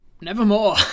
Nevermore